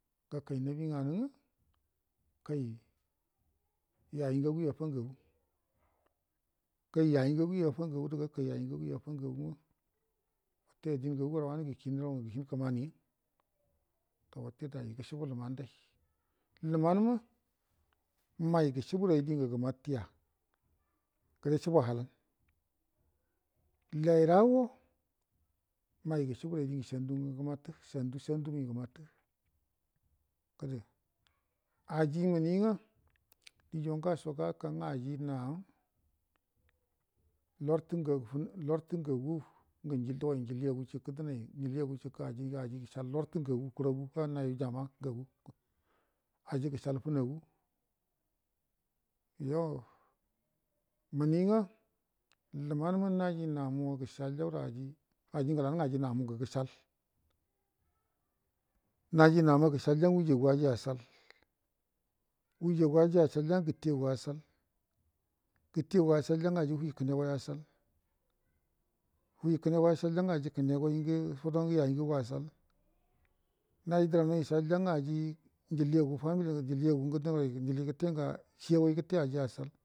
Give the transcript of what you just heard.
Gakai nabi nganə ngə kai yayi ngagu yu afa ngagu kai yayi ugagu yu afa ngagu yu afa ugagu nga wute adin ngagu gwara wanəngə kinə rongə kinə kəmaniya ga wate daji gəshilbu luman dai lumanə ma mai gəshilburə ai dingə gəmantəya gəre shilbu halan lairago mai əshilburə ai dingə shandu ngə gəmantə shandu shandu ringə gəmattə gədə aji muni ngə dija ngasho gaka nga aji naa lartə ngafu larə tə ngaguwa ngə nyi dugoi njiliagoi jikə dənai njiliagu jikə aji gəshal larətə ngagu kuragu fat na yu ijama ngagu aji gəshal funagu yo muni nga lumanə ma naji namuwa gəshalyado aji aji ngəla anə nga aji namu ngə gəshal najimama gəshaya nga wajagu aji ashall ujuu aji ashalya nga gətegu, ashall gətegu ashalya nga whi kənegoi ashall whi kəne goi ashalya nga aji kənegoi fudo ngə yayi ngagu ashall naji dəramma ishalya ngə aji fudo ngəde njiliagu dugai htte ngə shiyegoi gətte aji ashall